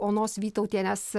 onos vytautienės